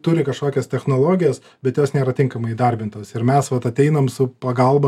turi kažkokias technologijas bet jos nėra tinkamai įdarbintos ir mes vat ateinam su pagalba